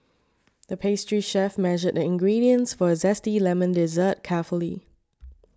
the pastry chef measured the ingredients for a Zesty Lemon Dessert carefully